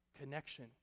connection